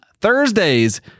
Thursdays